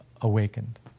awakened